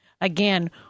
again